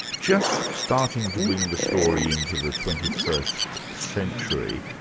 just starting to bring the story into the twenty first century,